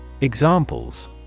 Examples